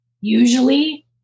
usually